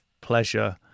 pleasure